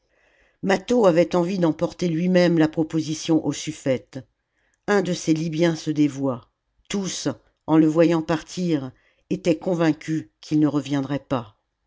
mâtho avait envie d'en porter lui-même la proposition au suffète un de ses libjens se dévoua tous en le voyant partir étaient convaincus qu'il ne reviendrait pas